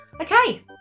Okay